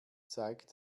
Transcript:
zeigt